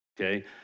okay